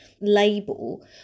label